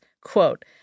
Quote